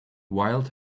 wild